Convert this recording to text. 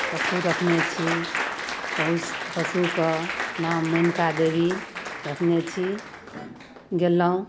पशु रखने छी पौस पशुके नाम मेनका देबी रखने छी गेलहुँ